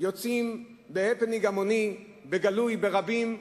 יוצאים בהפנינג המוני, בגלוי, ברבים,